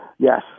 Yes